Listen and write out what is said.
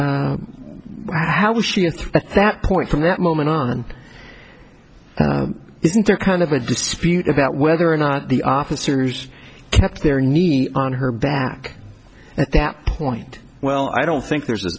was how was she at that point from that moment on isn't there kind of a dispute about whether or not the officers kept their knee on her back at that point well i don't think there's a